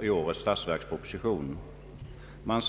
ur årets statsverksproposition på sidan 2.